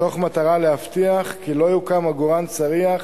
מתוך מטרה להבטיח כי לא יוקם עגורן צריח